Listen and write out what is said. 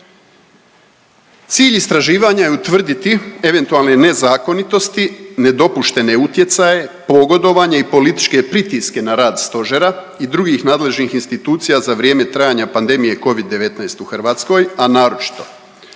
Cilj istraživanja je utvrditi eventualne nezakonitosti, nedopuštene utjecaje, pogodovanje i političke pritiske na rad Stožera i drugih nadležnih institucija za vrijeme trajanja pandemije Covid-19 u Hrvatskoj, a naročito